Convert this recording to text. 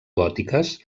gòtiques